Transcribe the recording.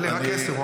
אלה רק עשרה.